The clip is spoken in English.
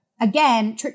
again